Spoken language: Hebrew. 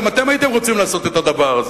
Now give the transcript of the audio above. גם אתם הייתם רוצים לעשות את הדבר הזה.